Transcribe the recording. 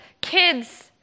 kids